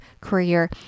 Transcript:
career